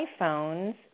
iPhones